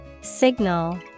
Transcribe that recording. Signal